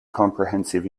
comprehensive